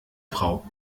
frau